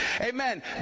Amen